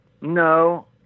No